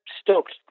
stoked